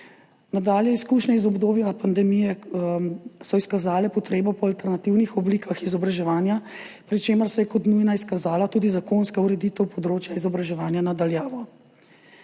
Nadalje. Izkušnje iz obdobja pandemije so izkazale potrebo po alternativnih oblikah izobraževanja, pri čemer se je kot nujna izkazala tudi zakonska ureditev področja izobraževanja na daljavo.